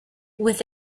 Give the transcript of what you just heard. with